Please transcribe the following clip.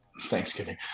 Thanksgiving